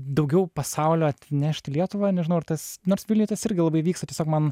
daugiau pasaulio atnešt į lietuvą nežinau ar tas nors vilniuj tas irgi labai vyksta tiesiog man